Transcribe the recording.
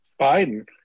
Biden